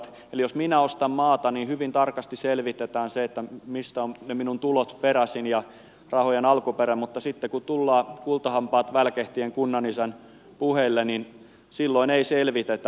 eli jos minä ostan maata niin hyvin tarkasti selvitetään se mistä ne minun tuloni ovat peräisin ja rahojen alkuperä mutta sitten kun tullaan kultahampaat välkehtien kunnanisän puheille niin silloin ei selvitetä